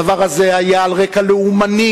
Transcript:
הדבר הזה היה על רקע לאומני,